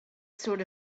sort